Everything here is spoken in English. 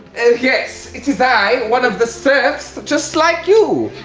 oh yes, it is i, one of the serfs, just like you.